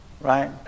Right